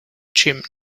chimney